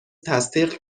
تصدیق